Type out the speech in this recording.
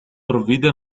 provvide